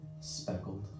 speckled